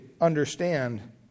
understand